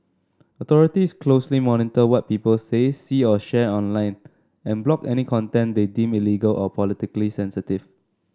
authorities closely monitor what people say see or share online and block any content they deem illegal or politically sensitive